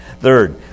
Third